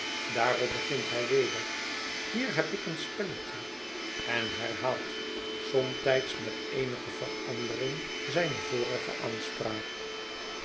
daarop begin hij weder a hier heb ik een spelletje en herhaalt somtijds met eenige verandering zijne vorige aanspraak